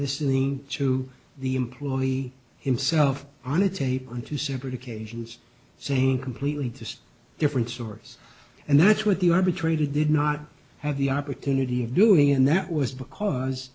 listening to the employee himself on a tape on two separate occasions saying completely destroy different sources and that's what the arbitrated did not have the opportunity of doing and that was because